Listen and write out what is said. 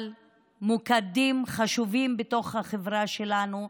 על המוקדים החשובים בתוך החברה שלנו,